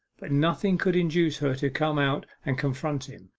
but nothing could induce her to come out and confront him.